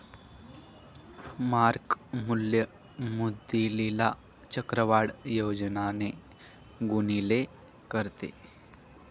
mark मूल्य मुद्दलीला चक्रवाढ व्याजाने गुणिले करते